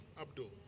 Abdul